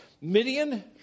Midian